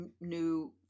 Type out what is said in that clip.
new